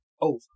Over